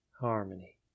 harmony